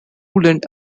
lane